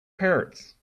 parrots